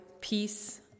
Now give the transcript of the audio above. peace